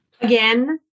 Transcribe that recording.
Again